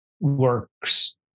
works